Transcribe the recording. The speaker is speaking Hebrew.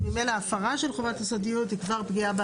אז ממילא הפרה של חובת הסודיות היא כבר פגיעה,